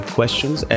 questions